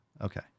Okay